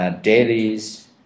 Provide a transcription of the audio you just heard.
dailies